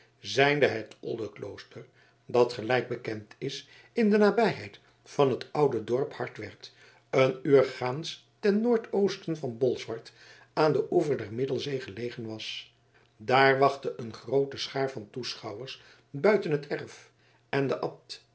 zijnde het oldeklooster dat gelijk bekend is in de nabijheid van het oude dorp hartwert een uur gaans ten noordoosten van bolsward aan den oever der middelzee gelegen was daar wachtte een groote schaar van toeschouwers buiten het erf en de abt